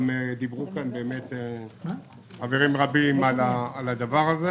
גם דיברו כאן חברים רבים על הדבר הזה